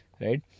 right